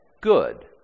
good